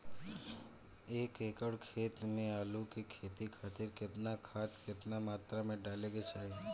एक एकड़ खेत मे आलू के खेती खातिर केतना खाद केतना मात्रा मे डाले के चाही?